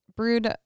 brewed